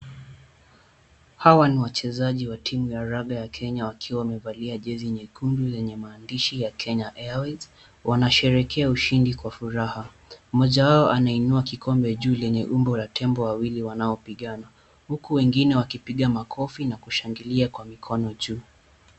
Hawa ni wachezaji wa timu raga ya Kenya wakiwa wamevalia jezi nyekundu lenye maandishi ya Kenya Airways . Wanasherehekea ushindi kwa furaha. Mmoja wao anainua kikombe juu lenye umbo la tembo wawili wanaopigana. Huku wengine wakipiga makofi na kushangilia kwa mikono juu.